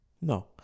No